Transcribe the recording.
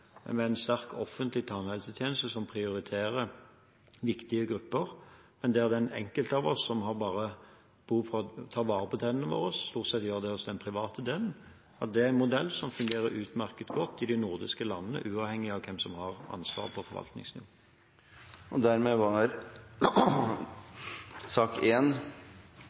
med en sterk offentlig tannhelsetjeneste som prioriterer viktige grupper, men der den enkelte av oss som bare har behov for å ta vare på tennene sine, stort sett gjør det hos den private delen – er en modell som fungerer utmerket godt i de nordiske landene, uavhengig av hvem som har ansvaret på forvaltningsnivå. Dermed er debatten i sak